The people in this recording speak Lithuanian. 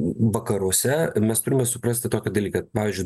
vakaruose mes turime suprasti tokį dalyką pavyzdžiui